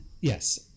Yes